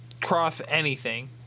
cross-anything